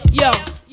yo